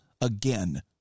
Again